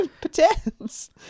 Pretends